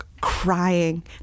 crying